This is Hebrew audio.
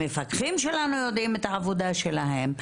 המפקחים שלנו יודעים את העבודה שלהם,